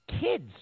kids